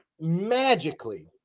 Magically